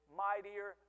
mightier